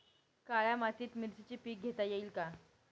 काळ्या मातीत मिरचीचे पीक घेता येईल का?